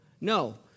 No